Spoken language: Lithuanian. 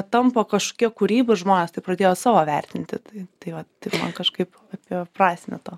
tampa kažkokia kūryba ir žmonės taip pradėjo savo vertinti tai tai vat taip man kažkaip apie prasmę to